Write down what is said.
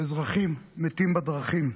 אזרחים מתים בדרכים.